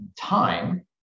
time